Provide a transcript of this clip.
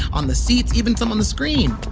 on the seats, even some on the screen